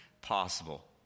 possible